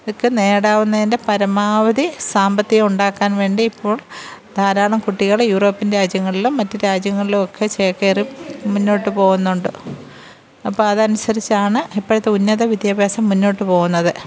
ഇതൊക്കെ നേടാവുന്നതിന്റെ പരമാവധി സാമ്പത്തികമുണ്ടാക്കാന് വേണ്ടി ഇപ്പോള് ധാരാളം കുട്ടികൾ യൂറോപ്യന് രാജ്യങ്ങളിലും മറ്റ് രാജ്യങ്ങളിലുമൊക്കെ ചേക്കേറി മുന്നോട്ട് പോകുന്നുണ്ട് അപ്പം അത് അനുസരിച്ചാണ് ഇപ്പോഴത്തെ ഉന്നത വിദ്യാഭ്യാസം മുന്നോട്ട് പോകുന്നത്